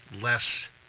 less